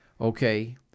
Okay